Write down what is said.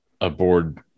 aboard